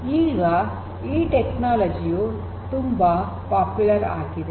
ಈಗ ಈ ತಂತ್ರಜ್ಞಾನಯು ತುಂಬಾ ಜನಪ್ರಿಯವಾಗಿದೆ